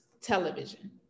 television